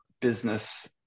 business